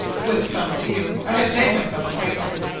with some few i have made myself acquainted,